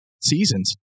seasons